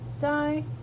die